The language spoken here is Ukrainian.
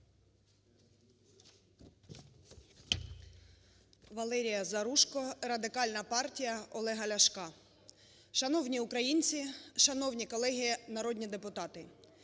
Валерія Заружко, Радикальна партія Олега Ляшка. Шановні українці, шановні колеги народні депутати,